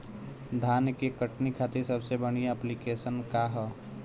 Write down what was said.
धान के कटनी खातिर सबसे बढ़िया ऐप्लिकेशनका ह?